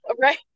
Right